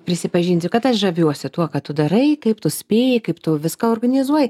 prisipažinsiu kad aš žaviuosi tuo ką tu darai kaip tu spėji kaip tu viską organizuoji